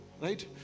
right